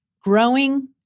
growing